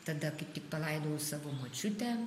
tada kai tik palaidojau savo močiutę